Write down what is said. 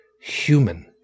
human